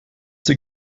sie